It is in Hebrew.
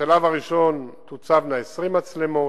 בשלב הראשון תוצבנה 20 מצלמות,